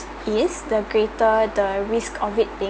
is the greater the risk of it